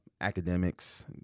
academics